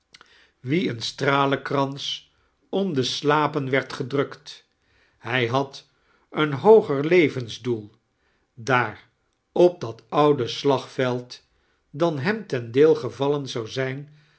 wie een stralenkrans om de slapen werd gedrukt hij had een hooger levensdoel daar op dat oude slagveld dan hem ten deel gevallen zou zijn